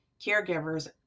caregivers